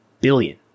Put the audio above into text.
billion